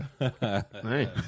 Right